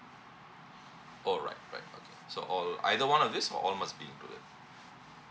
oh right right okay so all either one of this or all must be included